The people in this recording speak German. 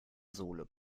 sohle